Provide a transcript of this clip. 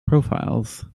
profiles